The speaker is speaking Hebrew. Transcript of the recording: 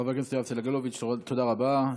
חבר הכנסת יואב סגלוביץ', תודה רבה.